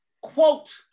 Quote